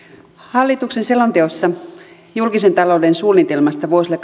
hallituksen selonteossa julkisen talouden suunnitelmasta vuosille